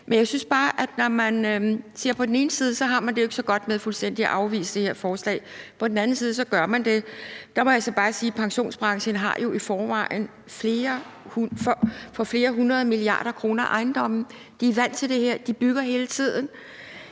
er et kæmpe, kæmpe behov. Man siger på den ene side, at man ikke har det så godt med fuldstændig at afvise det her forslag, men på den anden side gør man det. Der må jeg altså bare sige, at pensionsbranchen jo i forvejen har ejendomme for flere hundrede milliarder kroner. De er vant til det her; de bygger hele tiden.